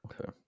okay